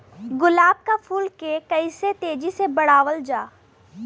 गुलाब क फूल के कइसे तेजी से बढ़ावल जा?